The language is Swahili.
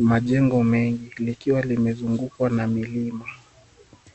majengo mengi likiwa limezungukwa na milima.